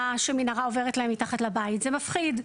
שמנהרה עוברת להם מתחת לבית זה מפחיד,